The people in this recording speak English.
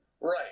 Right